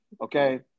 Okay